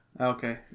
Okay